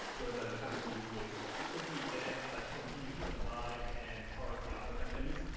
those other companies which should be dead, but continues to survive and the other companies.